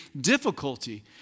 difficulty